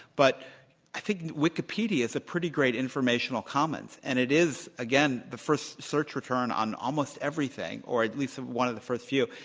but i think wikipedia's a pretty great information commons. and it is again, the first search return on almost everything, or at least one of the first few.